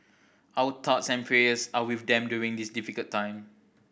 our thoughts and prayers are with them during this difficult time